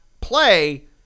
play